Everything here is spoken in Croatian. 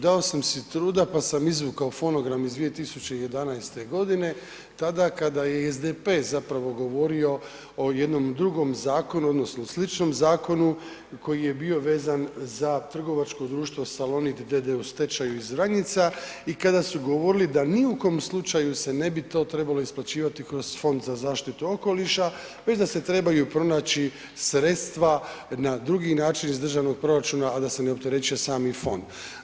Dao sam si truda pa sam izvukao fonogram iz 2011. g., tada kada je SDP zapravo govorio o jednom drugom zakonu, zapravo sličnom zakonu koji je bio vezan za trgovačko društvo Salonit d.d. u stečaju iz Vranjica i kada su govorili da ni u kojem slučaju se ne bi to trebalo isplaćivati kroz Fond za zaštitu okoliša već da se trebaju pronaći sredstva na drugi način iz državnog proračuna, a da se ne opterećuje sami fond.